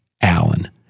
Allen